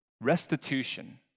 restitution